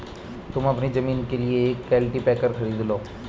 तुम अपनी जमीन के लिए एक कल्टीपैकर खरीद लो